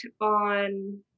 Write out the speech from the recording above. on